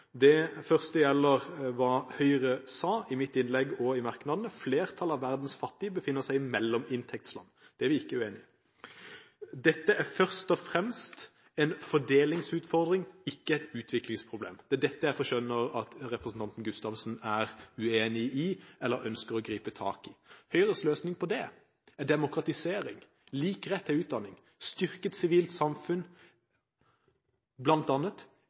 Det første gjelder hva Høyre sa, i mitt innlegg og i merknadene: Flertallet av verdens fattige befinner seg i mellominntektsland – det er vi ikke uenig i. Dette er først og fremst en fordelingsutfordring, ikke et utviklingsproblem – det er dette jeg skjønner representanten Gustavsen er uenig i eller ønsker å gripe tak i. Høyres løsning på det er demokratisering, lik rett til utdanning og styrket sivilt samfunn